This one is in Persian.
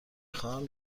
خواهم